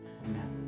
Amen